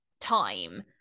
time